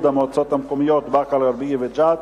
המועצות המקומיות באקה-אל-ע'רביה וג'ת),